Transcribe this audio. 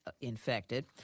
infected